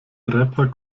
rapper